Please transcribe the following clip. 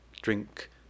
Drink